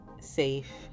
safe